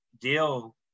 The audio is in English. deal